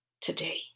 today